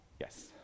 Yes